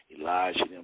Elijah